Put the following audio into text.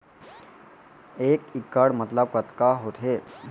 एक इक्कड़ मतलब कतका होथे?